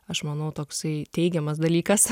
aš manau toksai teigiamas dalykas